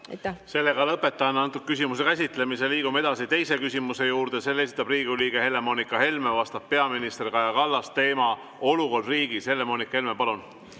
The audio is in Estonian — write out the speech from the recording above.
käsitlemise. Lõpetan selle küsimuse käsitlemise. Liigume edasi teise küsimuse juurde, selle esitab Riigikogu liige Helle-Moonika Helme, vastab peaminister Kaja Kallas, teema on olukord riigis. Helle-Moonika Helme, palun!